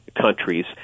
countries